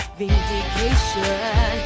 vindication